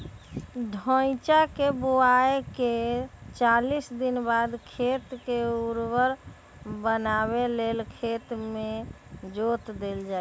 धइचा के बोआइके चालीस दिनबाद खेत के उर्वर बनावे लेल खेत में जोत देल जइछइ